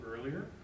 earlier